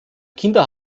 kinder